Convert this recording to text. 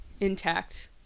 Intact